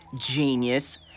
genius